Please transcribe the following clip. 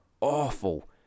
awful